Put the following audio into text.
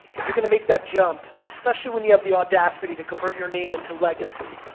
if you're gonna make that jump, especially when you have the audacity to convert your name into legacy.